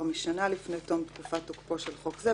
משנה לפני תום תקופת תוקפו של חוק זה,